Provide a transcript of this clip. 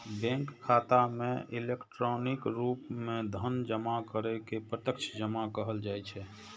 bank खाता मे electronic रूप मे धन जमा करै के प्रत्यक्ष जमा कहल जाइ छै